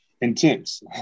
intense